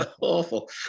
Awful